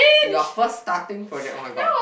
your first starting project oh-my-god